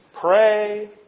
Pray